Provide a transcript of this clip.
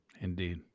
Indeed